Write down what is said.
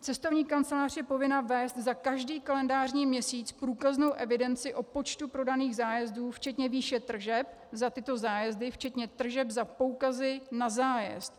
Cestovní kancelář je povinna vést za každý kalendářní měsíc průkaznou evidenci o počtu prodaných zájezdů včetně výše tržeb za tyto zájezdy včetně tržeb za poukazy na zájezd.